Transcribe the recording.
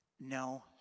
No